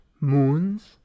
moons